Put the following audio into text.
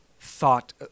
thought